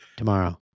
Tomorrow